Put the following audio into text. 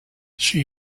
she